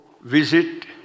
visit